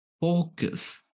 focus